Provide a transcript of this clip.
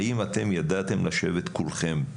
האם אתם ידעתם לשבת כולכם,